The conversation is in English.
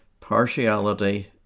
Partiality